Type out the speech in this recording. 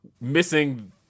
missing